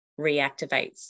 reactivates